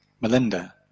Melinda